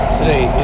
Today